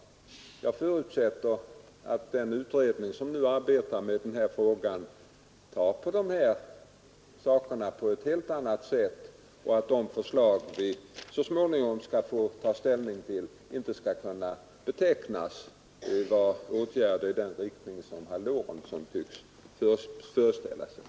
Jag förutsätter att ———— den utredning som nu arbetar med dessa frågor behandlar dessa saker på ett helt annat sätt och att de förslag vi så småningom skall få ta ställning debatt till inte skall kunna betecknas såsom åtgärder i den riktning herr Lorentzon tycks föreställa sig.